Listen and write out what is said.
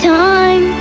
time